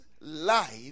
life